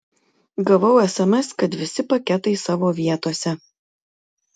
gavau sms kad visi paketai savo vietose